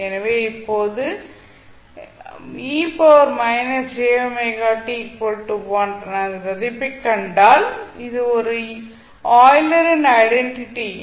எனவே இப்போது அதன் மதிப்பைக் கண்டால் அது ஒரு யூலரின் ஐடென்டிட்டி Eulers identity